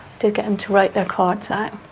did get him to write their cards out.